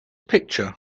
picture